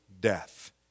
death